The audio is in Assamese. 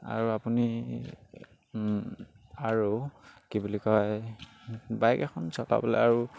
আৰু আপুনি আৰু কি বুলি কয় বাইক এখন চলাবলৈ আৰু